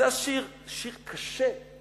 זה השיר, שיר קשה.